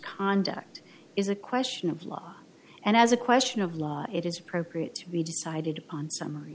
conduct is a question of law and as a question of law it is appropriate to be decided upon summ